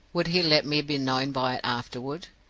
would he let me be known by it afterward?